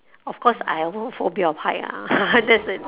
of course I won't phobia of height ah